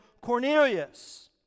Cornelius